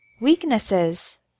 Weaknesses